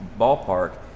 ballpark